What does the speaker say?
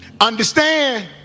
Understand